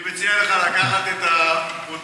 אני מציע לך לקחת את הפרוטוקול.